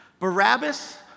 Barabbas